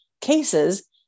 cases